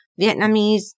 Vietnamese